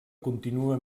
continua